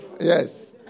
Yes